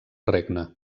regne